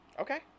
Okay